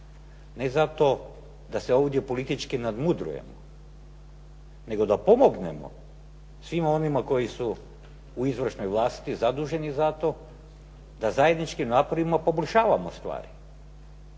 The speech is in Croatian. ne zato da se ovdje politički nadmudrujemo, nego da pomognemo svima onima koji su u izvršnoj vlasti zaduženi za to da zajednički napravimo i poboljšavamo stvari.